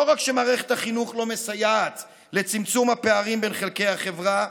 לא רק שמערכת החינוך לא מסייעת לצמצום הפערים בין חלקי החברה,